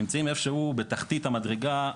נמצאים איפשהו בתחתית המדרגה,